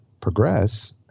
progress